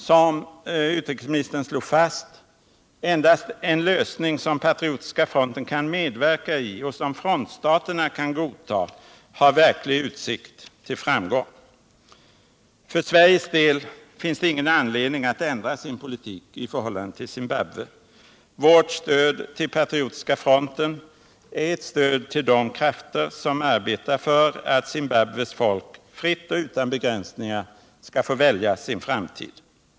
Som utrikesministern slog fast: Endast en lösning som Patriotiska fronten kan medverka i och som frontstaterna kan godta har en verklig utsikt till framgång. För Sveriges del finns ingen anledning att ändra sin politik i förhållande till Zimbabwe. Vårt stöd till Patriotiska fronten är ett stöd till de krafter som arbetar för att Zimbabwes folk fritt och utan begränsningar skall få välja sin framtid.